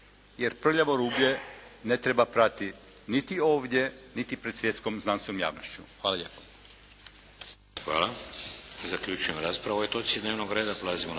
jer prljavo rublje ne treba prati niti ovdje niti pred svjetskom znanstvenom javnošću. Hvala